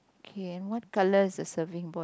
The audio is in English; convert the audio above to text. K and what color is the surfing board